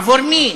עבור מי?